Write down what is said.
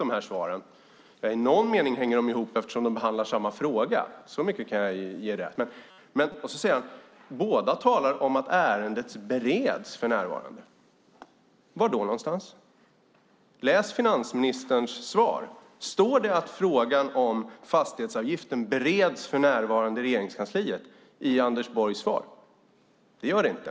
I någon mening hänger de ihop eftersom de behandlar samma fråga, så mycket kan jag ge rätt. Men sedan säger han att båda talar om att ärendet bereds för närvarande. Var då någonstans? Läs finansministerns svar! Står det att frågan om fastighetsavgiften bereds för närvarande i Regeringskansliet i Anders Borgs svar? Det gör det inte.